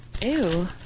Ew